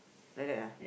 like that ah